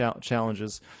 challenges